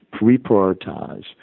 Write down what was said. reprioritize